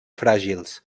fràgils